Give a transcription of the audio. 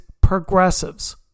progressives